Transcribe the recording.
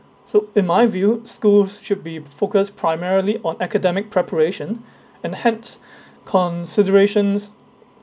so in my view schools should be focused primarily on academic preparation and hence considerations